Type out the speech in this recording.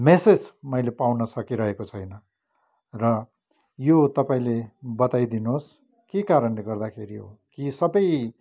message मैले पाउँन सकिरहेको छैन र यो तपाईँले बताइदिनुहोस् के कारणले गर्दाखेरि हो कि सबै